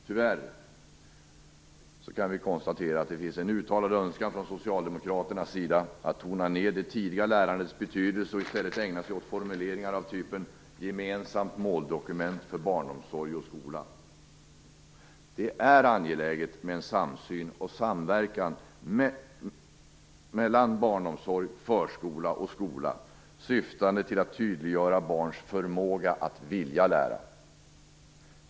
Tyvärr kan vi konstatera att det finns en uttalad önskan från Socialdemokraternas sida att tona ned det tidiga lärandets betydelse och i stället ägna sig åt formuleringar av typen "gemensamt måldokument för barnomsorg och skola". Det är angeläget med en samsyn och samverkan mellan barnomsorg, förskola och skola, syftande till att tydliggöra barns förmåga att vilja lära.